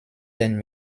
ten